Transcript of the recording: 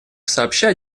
сообща